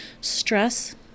Stress